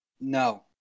no